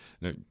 Now